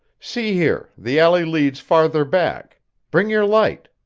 see here, the alley leads farther back. bring your light.